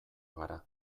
gara